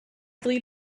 believe